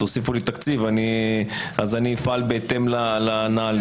תוסיפו לי תקציב אז אפעל בהתאם לנהלים.